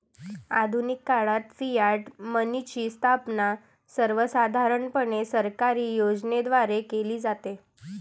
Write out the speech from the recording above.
आधुनिक काळात फियाट मनीची स्थापना सर्वसाधारणपणे सरकारी नियमनाद्वारे केली जाते